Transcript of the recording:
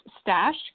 Stash